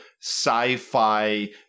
sci-fi